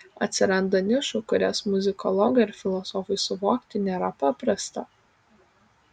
atsiranda nišų kurias muzikologui ar filosofui suvokti nėra paprasta